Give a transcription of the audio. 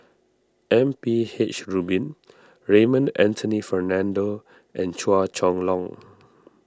M P H Rubin Raymond Anthony Fernando and Chua Chong Long